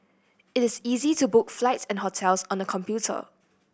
it is easy to book flights and hotels on the computer